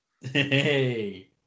Hey